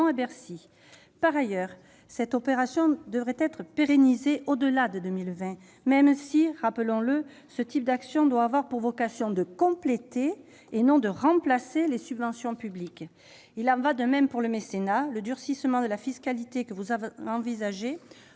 à Bercy. Par ailleurs, cette opération devrait être pérennisée, au-delà de 2020, même si, rappelons-le, ce type d'action doit avoir pour vocation de compléter et non de remplacer les subventions publiques. Il en va de même pour le mécénat. Le durcissement de la fiscalité que vous envisagez,